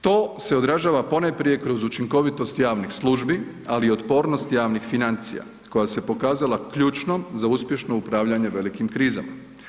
To se odražava ponajprije kroz učinkovitost javnih službi, ali i otpornost javnih financija koja se pokazala ključnom za uspješno upravljanje velikim krizama.